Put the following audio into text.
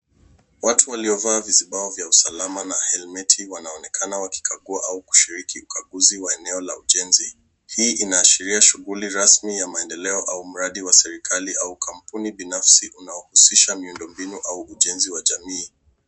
Watu waliovaa vizibao vya usalama na helmeti wanaonekana wakikagua au kushiriki ukaguzi wa eneo la ujenzi. Hii inaashiria shughuli rasmi ya maendeleo au mradi wa serikali au kampuni binafsi unaohusisha miundombinu au ujenzi wa jamii.